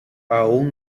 aún